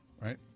Right